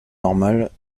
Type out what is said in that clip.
normale